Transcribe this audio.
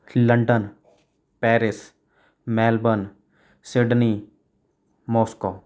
London Paris Melbourne Sydney Moscow